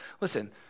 Listen